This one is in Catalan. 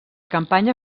campanya